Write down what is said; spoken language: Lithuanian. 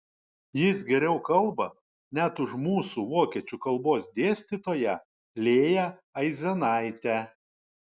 jis geriau kalba net už mūsų vokiečių kalbos dėstytoją lėją aizenaitę